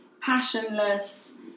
passionless